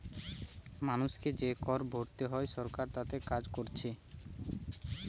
মানুষকে যে কর ভোরতে হয় সরকার তাতে কাজ কোরছে